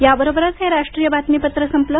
या बरोबरच हे राष्ट्रीय बातमीपत्र संपलं